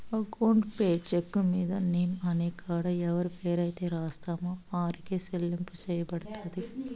account payee cheque మీద name అనే కాడ ఎవరి పేరైతే రాస్తామో ఆరికే సెల్లింపు సెయ్యబడతది